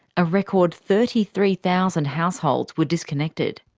a record thirty three thousand households were disconnected.